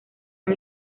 han